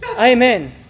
Amen